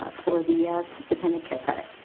ah for the dependent care credit.